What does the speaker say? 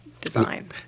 Design